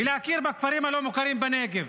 ולהכיר בכפרים הלא-מוכרים בנגב.